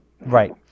Right